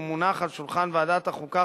והוא מונח על שולחן ועדת החוקה,